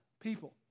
people